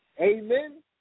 amen